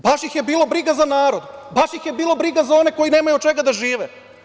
Baš ih je bilo briga za narod, baš ih je bilo briga za one koji nemaju od čega da žive.